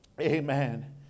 Amen